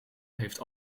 heeft